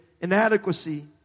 inadequacy